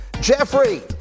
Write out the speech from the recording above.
Jeffrey